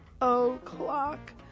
o'clock